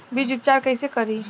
बीज उपचार कईसे करी?